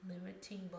limiting